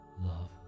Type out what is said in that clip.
love